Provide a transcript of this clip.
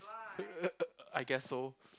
uh uh I guess so